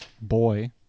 boy